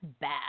bad